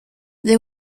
they